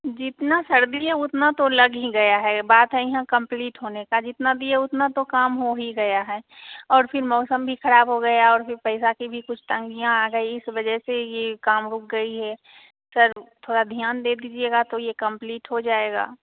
जितना सर्दी है उतना तो लग ही गया है बात है यहाँ कम्प्लीट होने का जितना भी है उतना तो काम हो ही गया है और फिर मौसम भी खराब हो गया और फिर पैसा की भी कुछ तंगी आ गई इस वजह से ये काम रुक गई है सर थोड़ा ध्यान दे दीजिएगा तो ये कम्प्लीट हो जाएगा